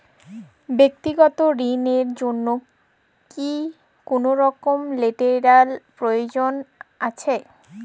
ব্যাক্তিগত ঋণ র জন্য কি কোনরকম লেটেরাল প্রয়োজন আছে?